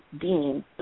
Dean